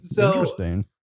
interesting